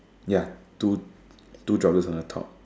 ya two two droplets on the top